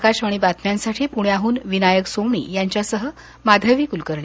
आकाशवाणी बातम्यांसाठी पुण्याहून विनायक सोमणी यांच्यासह माधवी कुलकर्णी